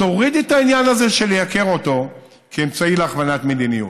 תורידי את העניין הזה של לייקר אותו כאמצעי להכוונת מדיניות.